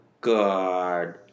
God